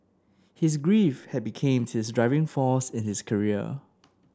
his grief had become his driving force in his career